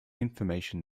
information